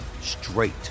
straight